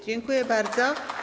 Dziękuję bardzo.